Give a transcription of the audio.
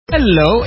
Hello